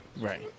Right